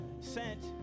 sent